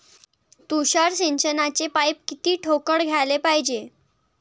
तुषार सिंचनाचे पाइप किती ठोकळ घ्याले पायजे?